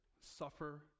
suffer